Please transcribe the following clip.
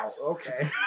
okay